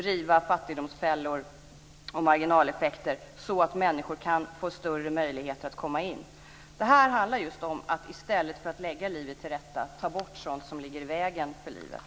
Riv fattigdomsfällor och marginaleffekter så att människor kan få större möjligheter att komma in. Det handlar om att i stället för att lägga livet till rätta ta bort sådant som ligger i vägen för livet.